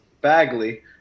Bagley